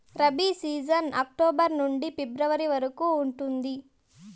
rabi season October నుండి ఫిబ్రవరి వరకు ఉంటుంది